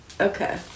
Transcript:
Okay